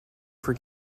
for